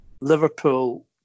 Liverpool